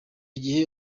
gihe